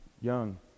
young